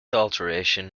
alteration